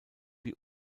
wie